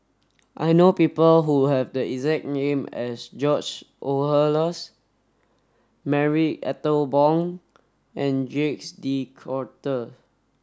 I know people who have the exact name as George Oehlers Marie Ethel Bong and Jacques De Coutre